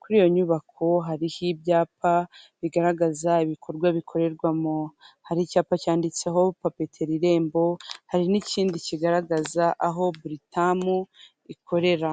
kuri iyo nyubako hariho ibyapa bigaragaza ibikorwa bikorerwamo hari icyapa cyanditseho papeteri irembo, hari n'ikindi kigaragaza aho buritamu ikorera.